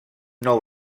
nou